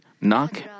Knock